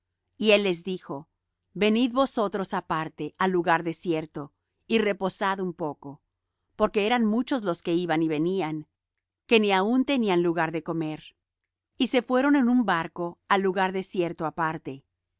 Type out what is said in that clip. y él les dijo venid vosotros aparte al lugar desierto y reposad un poco porque eran muchos los que iban y venían que ni aun tenían lugar de comer y se fueron en un barco al lugar desierto aparte